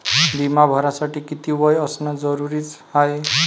बिमा भरासाठी किती वय असनं जरुरीच हाय?